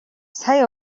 сая